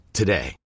today